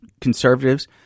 conservatives